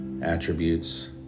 attributes